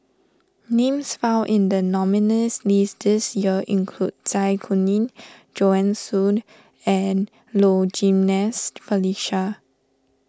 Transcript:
names found in the nominees' list this year include Zai Kuning Joanne Soo and Low Jimenez Felicia